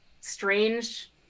strange